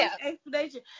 explanation